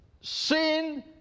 sin